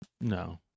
No